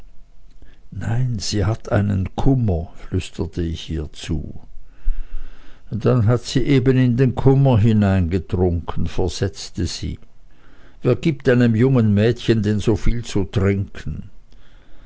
nein sie hat einen kummer flüsterte ich ihr zu dann hat sie eben in den kummer hinein getrunken versetzte sie wer gibt einem jungen mädchen denn so viel zu trinken